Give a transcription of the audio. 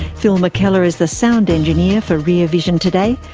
phil mckellar is the sound engineer for rear vision today.